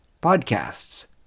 podcasts